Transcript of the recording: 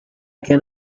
can